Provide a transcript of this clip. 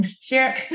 share